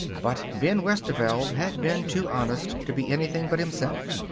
but ben westerveld had been too honest to be anything but himself.